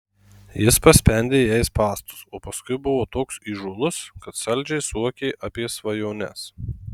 jis paspendė jai spąstus o paskui buvo toks įžūlus kad saldžiai suokė apie svajones